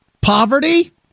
poverty